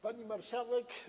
Pani Marszałek!